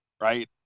right